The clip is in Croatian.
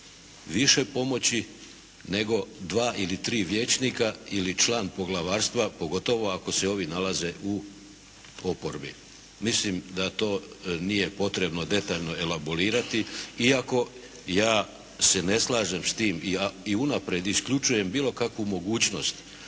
više pomoći nego dva ili tri vijećnika ili član poglavarstva pogotovo ako se ovi nalaze u oporbi. Mislim da to nije potrebno detaljno elaborirati, iako se ja ne slažem s tim i unaprijed isključujem bilo kakvu mogućnost